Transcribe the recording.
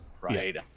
Right